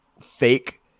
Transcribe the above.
fake